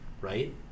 right